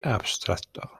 abstracto